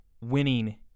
winning